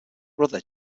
brother